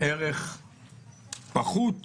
ערך פחות